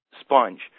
sponge